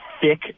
thick